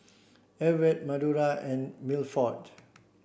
Everet Madora and Milford